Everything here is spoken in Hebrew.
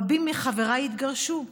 רבים מחבריי התגרשו.